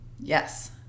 Yes